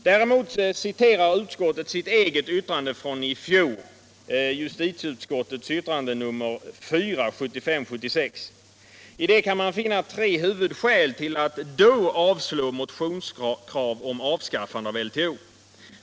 Däremot citerar utskottet sitt cget yttrande från i fjol, betänkandet 1975/76:4. I det kan man finna tre huvudskäl till att då avslå motionskrav om avskaffande av LTO.